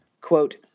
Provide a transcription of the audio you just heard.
Quote